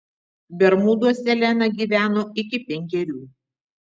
bermuduose lena gyveno iki penkerių